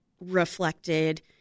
reflected